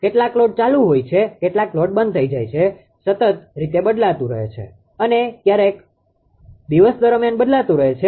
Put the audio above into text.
કેટલાક લોડ ચાલુ હોય છે કેટલાક લોડ બંધ થઈ જાય છે તે સતત રીતે બદલાતું રહે છે અને ક્યારેક દિવસ દરમ્યાન બદલાતું રહે છે